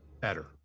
better